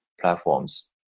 platforms